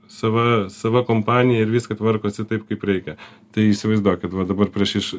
sava sava kompanija ir viską tvarkosi taip kaip reikia tai įsivaizduokit va dabar prieš iš